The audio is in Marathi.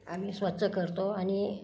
आम्ही स्वच्छ करतो आणि